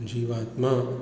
जीवात्मा